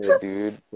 dude